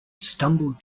stumbled